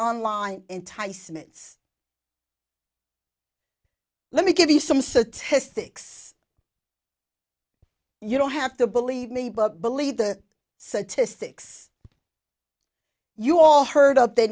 online enticements let me give you some statistics you don't have to believe me but believe the set to six you all heard of the